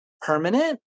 permanent